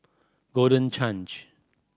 Golden Change